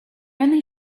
only